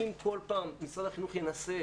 אם כל פעם משרד החינוך ינסה,